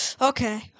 Okay